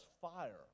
fire